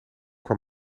kwam